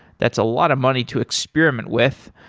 that's a lot of money to experiment with.